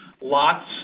lots